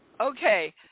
Okay